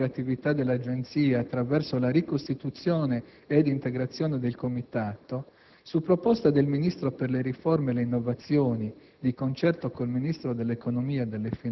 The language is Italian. Al fine, quindi, di assicurare la piena operatività dell'Agenzia attraverso la ricostituzione e integrazione del Comitato, su proposta del Ministro per le riforme e le innovazioni